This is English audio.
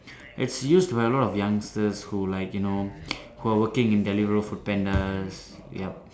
its used to have a lot of youngsters who like you know who are working in deliveroo food pandas yup